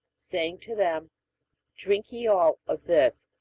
saying to them drink ye all of this.